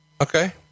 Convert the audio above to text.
Okay